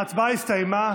ההצבעה הסתיימה.